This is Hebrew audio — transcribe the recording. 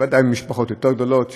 ודאי במשפחות יותר גדולות,